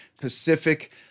Pacific